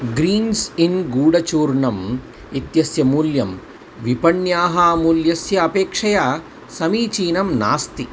greens in गुडचूर्णम् इत्यस्य मूल्यं विपण्याः मूल्यस्य अपेक्षया समीचीनं नास्ति